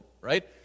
right